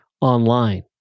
online